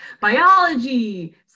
biology